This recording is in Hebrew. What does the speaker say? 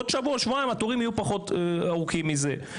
עוד שבוע שבועיים התורים יהיו פחות ארוכים מזה.